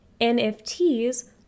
nfts